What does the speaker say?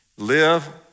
live